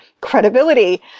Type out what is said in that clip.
credibility